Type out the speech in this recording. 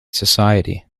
society